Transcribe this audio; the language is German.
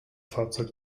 fahrzeug